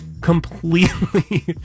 completely